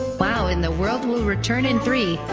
wow in the world will return in three,